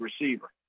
receiver